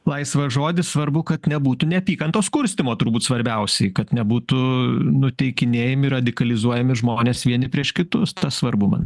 laisvą žodį svarbu kad nebūtų neapykantos kurstymo turbūt svarbiausiai kad nebūtų nuteikinėjami radikalizuojami žmonės vieni prieš kitus tas svarbu man